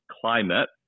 climate